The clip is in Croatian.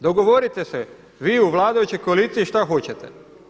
Dogovorite se vi u vladajućoj koaliciji šta hoćete.